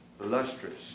illustrious